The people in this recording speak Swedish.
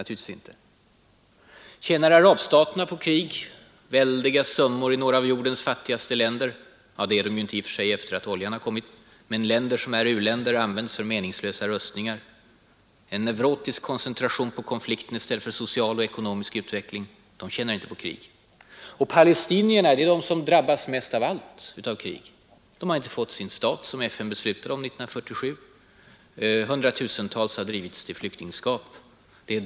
Tjänar arabstaterna på krig? Väldiga summor går åt för krig i några av jordens fattigaste länder, u-länder som använder dessa summor för meningslösa rustningar och en neurotisk koncentration på konflikten i stället för på social och ekonomisk utveckling. De tjänar inte heller på kriget. Palestinierna är de som drabbas mest av alla av ett krig. De har inte fått sin stat, som FN beslutade om 1947. Hundratusentals har drivits till flyktingskap.